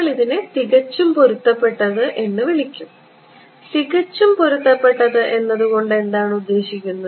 നമ്മൾ ഇതിനെ തികച്ചും പൊരുത്തപ്പെട്ടത് എന്ന് വിളിക്കും തികച്ചും പൊരുത്തപ്പെട്ടത് എന്നതുകൊണ്ട് എന്താണ് ഉദ്ദേശിക്കുന്നത്